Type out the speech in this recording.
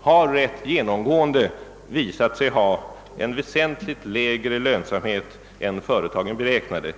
har rätt genomgående visat sig ha en väsentligt lägre lönsamhet än vad företagen beräknat.